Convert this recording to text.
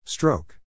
Stroke